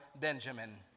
Benjamin